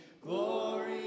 glory